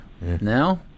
now